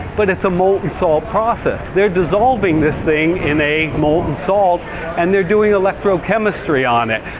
but it's a molten salt process. they're dissolving this thing in a molten salt and they're doing electrochemistry on it.